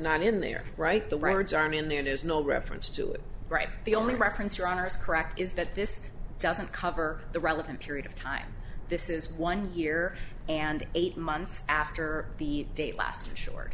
not in their right the records are in there there's no reference to it right the only reference runners correct is that this doesn't cover the relevant period of time this is one year and eight months after the date last short